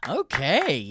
okay